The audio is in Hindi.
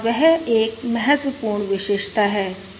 और वह एक महत्वपूर्ण विशेषता है